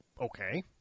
Okay